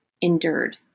Endured